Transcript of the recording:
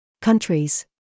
countries